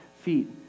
feet